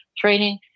training